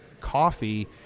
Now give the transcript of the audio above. coffee